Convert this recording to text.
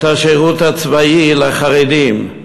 את השירות הצבאי לחרדים?